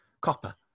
copper